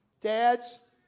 Dads